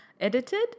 edited